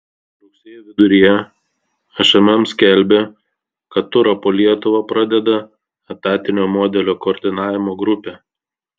rugsėjo viduryje šmm skelbė kad turą po lietuvą pradeda etatinio modelio koordinavimo grupė